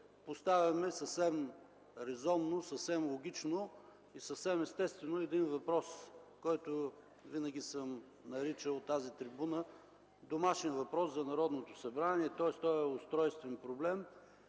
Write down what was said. Поставяме съвсем резонно, логично и естествено един въпрос, който винаги съм наричал от тази трибуна домашен въпрос за Народното събрание. Той е устройствен проблем